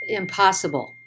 impossible